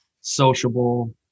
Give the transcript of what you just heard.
sociable